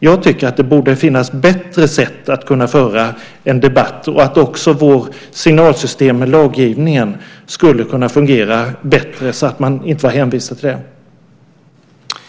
Jag tycker att det borde finnas bättre sätt att kunna föra en debatt. Också vårt signalsystem med laggivning borde fungera bättre så att man inte var hänvisad till detta.